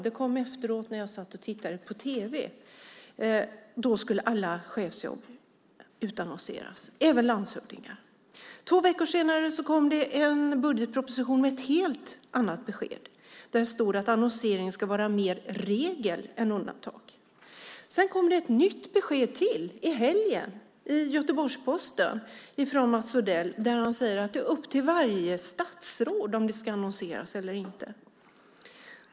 Det kom efteråt när jag satt och tittade på tv. Då skulle alla chefsjobb utannonseras, även landshövdingarnas. Två veckor senare kom det en budgetproposition med ett helt annat besked där det stod att annonsering ska vara mer regel än undantag. Sedan kom det ännu ett nytt besked från Mats Odell i helgen i Göteborgs-Posten där han säger att det är upp till varje statsråd om det ska annonseras eller inte.